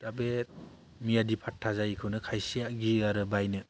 दा बे मियादि फात्ता जायैखौनो खायसेया गियो आरो बायनो